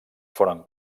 foren